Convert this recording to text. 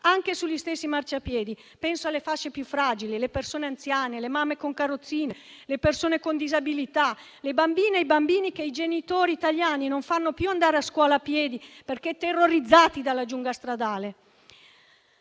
anche sugli stessi marciapiedi. Penso alle fasce più fragili, alle persone anziane, alle mamme con carrozzine, alle persone con disabilità, alle bambine e ai bambini che i genitori italiani non fanno più andare a scuola a piedi perché terrorizzati dalla giungla stradale.